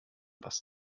was